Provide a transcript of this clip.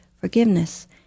forgiveness